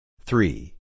Three